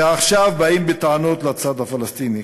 ועכשיו באים בטענות לצד הפלסטיני.